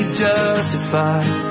justified